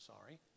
Sorry